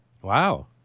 wow